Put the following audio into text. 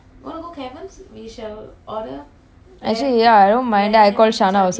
I actually ya I don't mind then I call shana also ya we should lamb ah